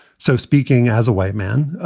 so speaking as a white man, ah